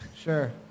Sure